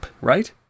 right